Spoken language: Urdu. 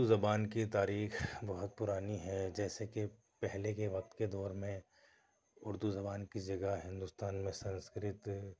اُردو زبان کی تاریخ بہت پُرانی ہے جیسے کہ پہلے کے وقت کے دور میں اُردو زبان کی جگہ ہندوستان میں سنسکرت